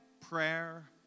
prayer